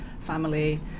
family